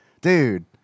dude